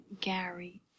Gary